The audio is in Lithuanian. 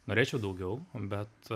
norėčiau daugiau bet